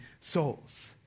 souls